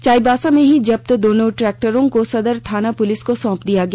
चाईबासा में ही जब्त दोनों ट्रैक्टरों को सदर थाना पुलिस को सौप दिया गया